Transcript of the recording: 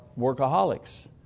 workaholics